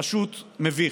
פשוט מביך.